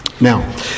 now